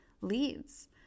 leads